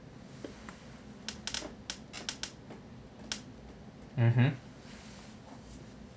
mmhmm